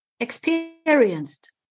experienced